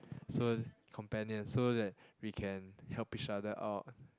so companion so that we can help each other out